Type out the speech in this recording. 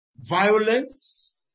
violence